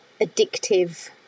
addictive